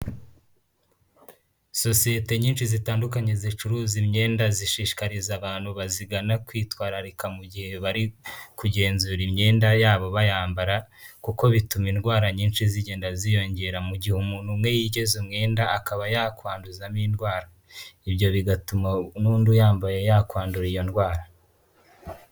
Sosiyete nyinshi zitandukanye zicuruza imyenda zishishikariza abantu bazigana kwitwararika mu gihe bari kugenzura imyenda yabo bayambara kuko bituma indwara nyinshi zigenda ziyongera mu gihe umuntu umwe yigiza umwenda akaba yakwanduzamo indwara. ibyo bigatuma n'undi u yambaye yakwandura iyo ndwara.